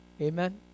Amen